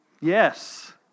Yes